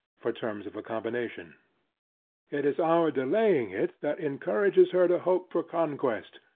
for terms of accommodation. it is our delaying it that encourages her to hope for conquest,